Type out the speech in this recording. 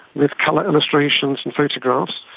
with colour illustrations and photographs.